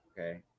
Okay